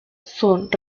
son